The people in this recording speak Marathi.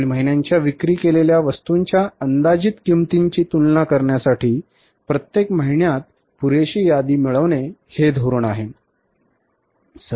पुढील महिन्यांच्या विक्री केलेल्या वस्तूंच्या अंदाजित किंमतीची तुलना करण्यासाठी प्रत्येक महिन्यात पुरेशी यादी मिळवणे हे धोरण आहे